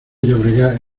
llobregat